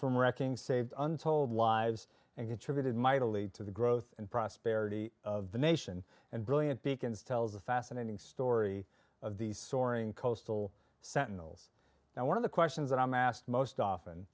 from wrecking saved untold lives and contributed mightily to the growth and prosperity of the nation and brilliant beacons tells the fascinating story of the soaring coastal sentinels and one of the questions that i'm asked most often